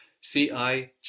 C-I